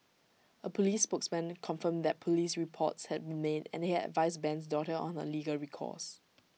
A Police spokesman confirmed that Police reports had been made and they had advised Ben's daughter on her legal recourse